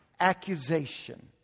accusation